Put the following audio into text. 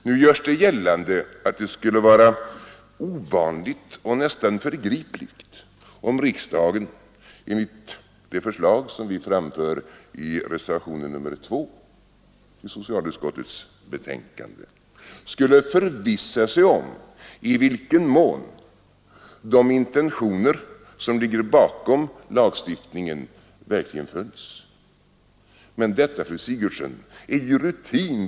Nu görs det gällande att det skulle vara ovanligt och nästan förgripligt om riksdagen, enligt det förslag vi framför i reservationen 2 till socialutskottets betänkande, skulle förvissa sig om i vilken mån de intentioner som ligger bakom lagstiftningen verkligen följs. Men detta, fru Sigurdsen, är rutin.